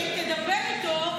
שתדבר איתו,